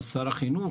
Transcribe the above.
אז שר החינוך,